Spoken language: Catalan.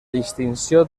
distinció